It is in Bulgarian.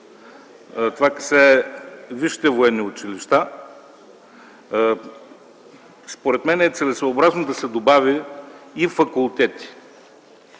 за висшите военни училища – според мен е целесъобразно да се добави и факултети.